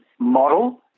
model